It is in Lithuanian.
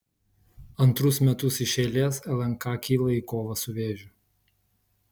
antrus metus iš eilės lnk kyla į kovą su vėžiu